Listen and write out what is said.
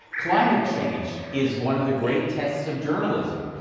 climate change is one of the great tests of journalism.